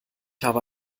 habe